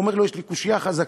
הוא אומר לו: יש לי קושיה חזקה: